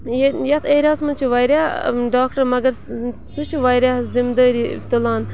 ییٚلہِ یَتھ ایریاہَس منٛز چھِ واریاہ ڈاکٹر مگر سُہ چھُ واریاہ ذِمہٕ دٲری تُلان